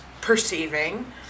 perceiving